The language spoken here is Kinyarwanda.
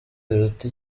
biruta